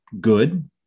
good